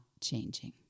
changing